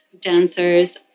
dancers